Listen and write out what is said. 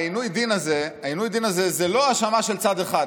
עינוי הדין הזה הוא לא האשמה של צד אחד.